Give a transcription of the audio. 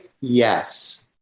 yes